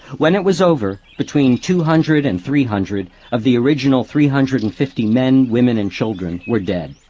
when it was over between two hundred and three hundred of the original three hundred and fifty men, women, and children were dead.